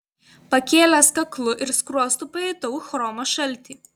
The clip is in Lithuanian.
pakėlęs kaklu ir skruostu pajutau chromo šaltį